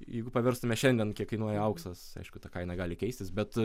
jeigu paverstume šiandien kiek kainuoja auksas aišku ta kaina gali keistis bet